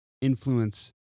influence